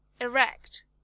erect